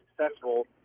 successful